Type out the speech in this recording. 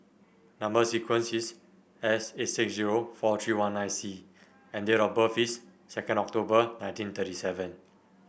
number sequence is S eight six zero four three one nine C and date of birth is second October nineteen thirty seven